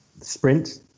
Sprint